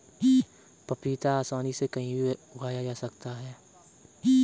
पपीता आसानी से कहीं भी उगाया जा सकता है